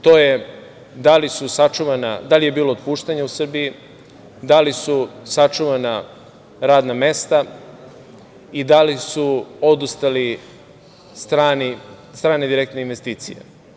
To je da li je bilo otpuštanja u Srbiji, da li su sačuvana radna mesta i da li su odustale strane direktne investicije.